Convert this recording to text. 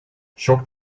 shock